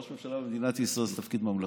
ראש ממשלה במדינת ישראל זה תפקיד ממלכתי.